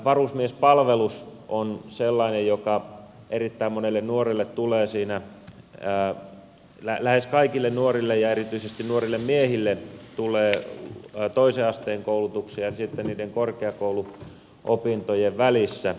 varusmiespalvelus on sellainen joka erittäin monelle nuorelle tulee lähes kaikille nuorille ja erityisesti nuorille miehille siinä toisen asteen koulutuksen ja sitten niiden korkeakouluopintojen välissä